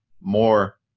more